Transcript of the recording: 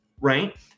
Right